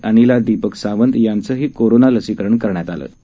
अनिला दीपक सावंत यांचेही कोरोना लसीकरण करण्यात आवं